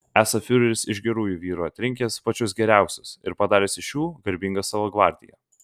esą fiureris iš gerųjų vyrų atrinkęs pačius geriausius ir padaręs iš jų garbingą savo gvardiją